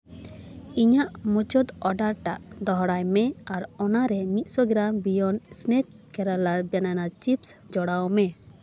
ᱤᱧᱟᱹᱜ ᱢᱩᱪᱟᱹᱫ ᱚᱰᱟᱨ ᱴᱟᱜ ᱫᱚᱦᱲᱟᱭᱢᱮ ᱟᱨ ᱚᱱᱟᱨᱮ ᱢᱤᱫ ᱥᱚ gram beyond snack Kerala banana chips ᱡᱚᱲᱟᱣ ᱢᱮ